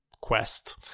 quest